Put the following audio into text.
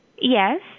Yes